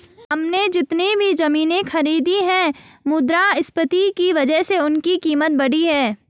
हमने जितनी भी जमीनें खरीदी हैं मुद्रास्फीति की वजह से उनकी कीमत बढ़ी है